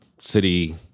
city